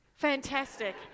Fantastic